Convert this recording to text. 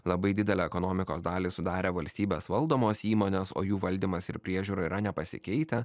labai didelę ekonomikos dalį sudarė valstybės valdomos įmonės o jų valdymas ir priežiūra yra nepasikeitę